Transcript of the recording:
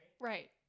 right